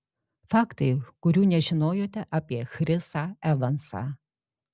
faktai kurių nežinojote apie chrisą evansą